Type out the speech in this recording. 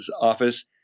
office